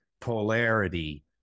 polarity